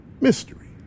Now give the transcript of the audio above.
Mystery